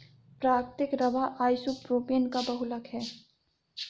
प्राकृतिक rubber isopropene का बहुलक है